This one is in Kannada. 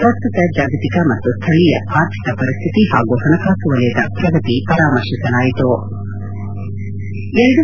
ಪ್ರಸ್ತುತ ಜಾಗತಿಕ ಮತ್ತು ಸ್ವಳೀಯ ಆರ್ಥಿಕ ಪರಿಸ್ಲಿತಿ ಹಾಗೂ ಹಣಕಾಸು ವಲಯದ ಪ್ರಗತಿ ಪರಾಮರ್ಶಿಸಲಾಯಿತು